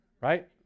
Right